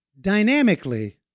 dynamically